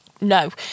no